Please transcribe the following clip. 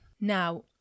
Now